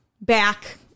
back